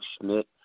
Schmidt